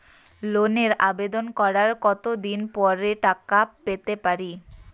লোনের আবেদন করার কত দিন পরে টাকা পেতে পারি?